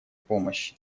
помощи